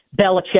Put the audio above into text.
Belichick